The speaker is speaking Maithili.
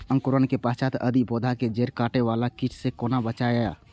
अंकुरण के पश्चात यदि पोधा के जैड़ काटे बाला कीट से कोना बचाया?